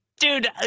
dude